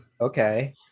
Okay